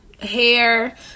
hair